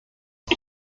die